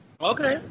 Okay